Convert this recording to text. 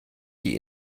die